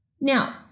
Now